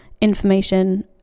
information